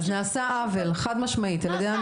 אז נעשה עוול חד משמעית על ידי המדינה.